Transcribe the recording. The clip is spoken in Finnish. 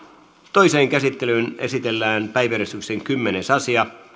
toiseen käsittelyyn esitellään päiväjärjestyksen kymmenes asia